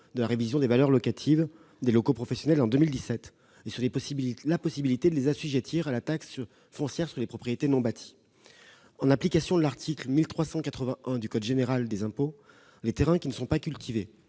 de la révision des valeurs locatives des locaux professionnels en 2017, et sur la possibilité de les assujettir à la taxe foncière sur les propriétés non bâties, la TFPNB. En application de l'article 1381 du code général des impôts, les terrains qui ne sont pas cultivés